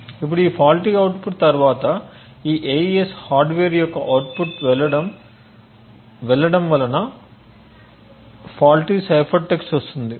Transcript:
ఇప్పుడు ఈ faulty output తర్వాత ఈ AES హార్డ్వేర్ యొక్క అవుట్పుట్ వెళ్ళడం వలన ఫాల్టీ సైఫర్ టెక్స్ట్ వస్తుంది